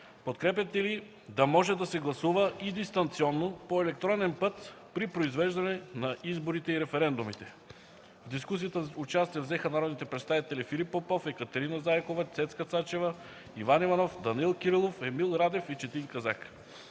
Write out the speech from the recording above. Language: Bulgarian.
Подкрепяте ли да може да се гласува и дистанционно по електронен път при произвеждане на изборите и референдумите? В дискусията участие взеха народните представители Филип Попов, Екатерина Заякова, Цецка Цачева, Иван Иванов, Данаил Кирилов, Емил Радев и Четин Казак.